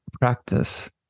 practice